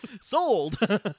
sold